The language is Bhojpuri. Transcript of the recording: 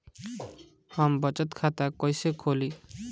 हम बचत खाता कईसे खोली?